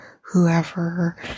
whoever